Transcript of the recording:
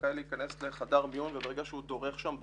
זכאי להיכנס לחדר מיון ברגע שהוא דורך שם,